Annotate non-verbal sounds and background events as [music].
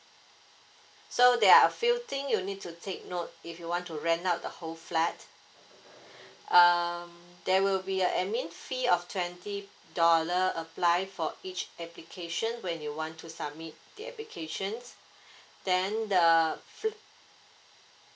so there are a few thing you need to take note if you want to rent out the whole flight um there will be a admin fee of twenty dollar apply for each application when you want to submit the applications [breath] then the fl~